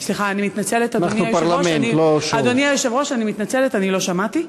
אנחנו פרלמנט, לא show.